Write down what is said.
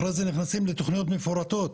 אחרי זה נכנסים לתוכניות מפורטות.